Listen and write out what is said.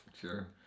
Sure